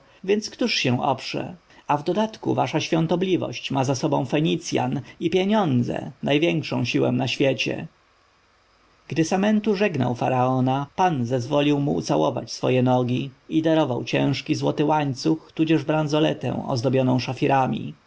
więc któż się oprze a w dodatku wasza świątobliwość ma za sobą fenicjan i pieniądze największą siłę na świecie gdy samentu żegnał faraona pan zezwolił mu ucałować swoje nogi i darował ciężki złoty łańcuch tudzież branzoletę ozdobioną szafirami